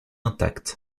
intacte